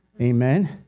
Amen